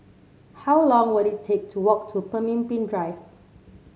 how long will it take to walk to Pemimpin Drive